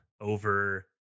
over